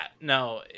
no